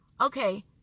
Okay